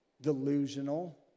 delusional